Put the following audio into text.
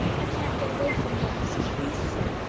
i can't get away from what mrs. reese said.